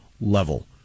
level